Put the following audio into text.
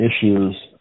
issues